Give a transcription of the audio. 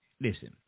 listen